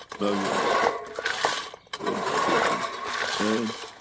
now you understand the implication and,